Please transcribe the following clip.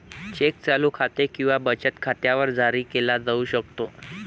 check चालू खाते किंवा बचत खात्यावर जारी केला जाऊ शकतो